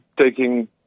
taking